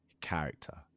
character